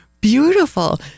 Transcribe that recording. beautiful